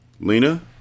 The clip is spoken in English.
Lena